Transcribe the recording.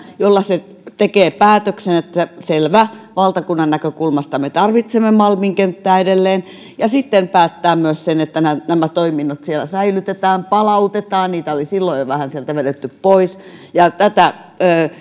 joilla se tekee päätöksen että selvä valtakunnan näkökulmasta me tarvitsemme malmin kenttää edelleen ja sitten päättää myös sen että nämä toiminnot siellä säilytetään sinne palautetaan niitä oli silloin jo vähän sieltä vedetty pois tätä